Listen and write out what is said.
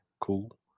cool